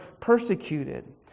persecuted